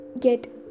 get